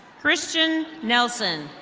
christian nelson.